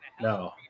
No